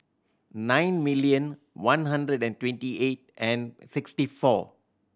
nine million one hundred and twenty eight and sixty four